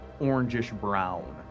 orangish-brown